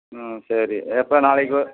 ம் சரி எப்போ நாளைக்கி